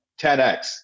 10X